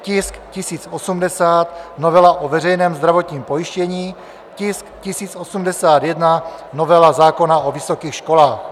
tisk 1080, novela o veřejném zdravotním pojištění; tisk 1081, novela zákona o vysokých školách.